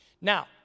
Now